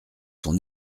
sont